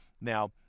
now